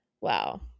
wow